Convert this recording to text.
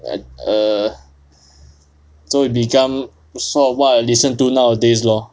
err so it become sort of what I listen to nowadays lor